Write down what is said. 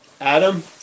Adam